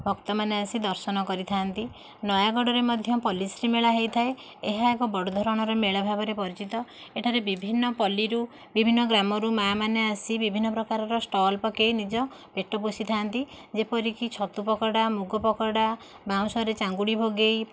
ଭକ୍ତମାନେ ଆସି ଦର୍ଶନ କରିଥାନ୍ତି ନୟାଗଡ଼ରେ ମଧ୍ୟ ପଲ୍ଲୀଶ୍ରୀ ମେଳା ହୋଇଥାଏ ଏହା ଏକ ବଡ଼ ଧରଣର ମେଳା ଭାବେ ପରିଚିତ ଏଠାରେ ବିଭିନ୍ନ ପଲ୍ଲୀରୁ ବିଭିନ୍ନ ଗ୍ରାମରୁ ମା' ମାନେ ଆସି ବିଭିନ୍ନ ପ୍ରକାରର ଷ୍ଟଲ ପକେଇ ନିଜ ପେଟ ପୋଷିଥାନ୍ତି ଯେପରିକି ଛତୁ ପକୋଡ଼ା ମୁଗ ପକୋଡ଼ା ବାଉଁଶରେ ଚାଙ୍ଗୁଡ଼ି ଭୋଗେଇ